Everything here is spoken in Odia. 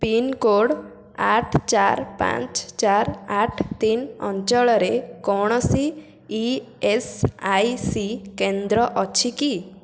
ପିନ୍କୋଡ଼୍ ଆଠ ଚାରି ପାଞ୍ଚ ଚାରି ଆଠ ତିନି ଅଞ୍ଚଳରେ କୌଣସି ଇ ଏସ୍ ଆଇ ସି କେନ୍ଦ୍ର ଅଛି କି